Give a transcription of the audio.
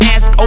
Ask